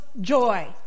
joy